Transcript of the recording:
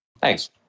thanks